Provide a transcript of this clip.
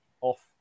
off